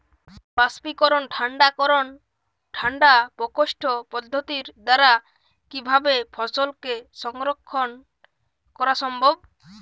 বাষ্পীকরন ঠান্ডা করণ ঠান্ডা প্রকোষ্ঠ পদ্ধতির দ্বারা কিভাবে ফসলকে সংরক্ষণ করা সম্ভব?